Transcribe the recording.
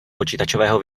počítačového